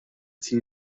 تیر